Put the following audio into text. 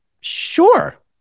Sure